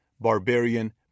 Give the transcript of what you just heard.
barbarian